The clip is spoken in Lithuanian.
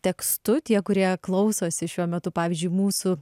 tekstu tie kurie klausosi šiuo metu pavyzdžiui mūsų